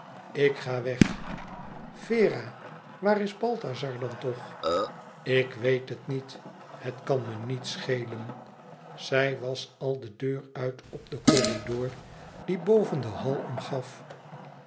ik ga weg vera waar is balthazar dan toch ik weet het niet het kan me niet schelen zij was al de deur uit op den corridor die boven den hall omgaf